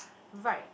right